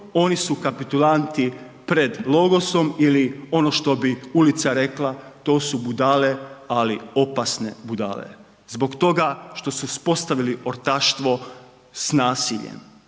oni su kapitulanti pred logosom ili ono što bi ulica rekla to su budale, ali opasne budale zbog toga što su uspostavili ortaštvo s nasiljem.